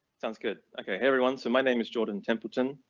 sounds good, ok everyone, so my name is jordan templeton.